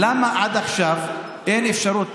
למה עד עכשיו אין אפשרות